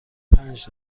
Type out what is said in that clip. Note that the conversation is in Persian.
پنج